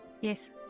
Yes